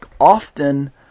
often